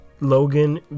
Logan